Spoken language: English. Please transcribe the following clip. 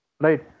right